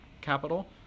capital